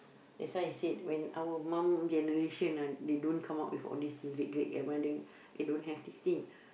that's why I said when our mum generation ah they don't come up with all this thing great great grandmother they don't have this thing